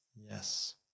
Yes